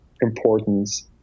importance